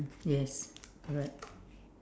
yes correct